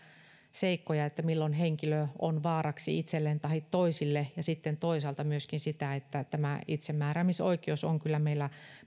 seikkoja kuin milloin henkilö on vaaraksi itselleen tahi toisille ja sitten toisaalta myöskin sitä että tämä itsemääräämisoikeus on kyllä meillä